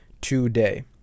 today